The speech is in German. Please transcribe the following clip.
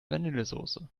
vanillesoße